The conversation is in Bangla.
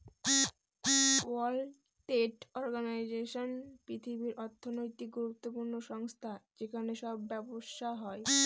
ওয়ার্ল্ড ট্রেড অর্গানাইজেশন পৃথিবীর অর্থনৈতিক গুরুত্বপূর্ণ সংস্থা যেখানে সব ব্যবসা হয়